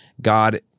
God